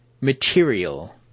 material